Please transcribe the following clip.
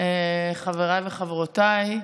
חבריי וחברותיי,